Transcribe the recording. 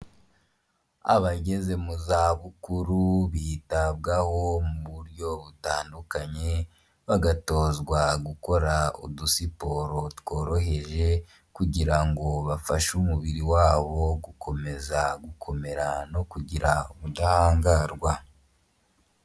Abageze mu za bukuru bitabwaho mu buryo butandukanye, bagatozwa gukora udusiporo tworoheje kugira ngo bafashe umubiri wabo gukomeza gukomera no kugira ubudahangarwa.